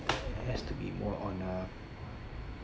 it has to be more on a